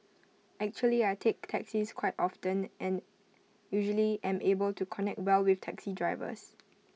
actually I take taxis quite often and usually am able to connect well with taxi drivers